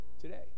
today